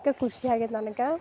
ಅದಕ್ಕೆ ಖುಷಿಯಾಗೈತೆ ನನ್ಗೆ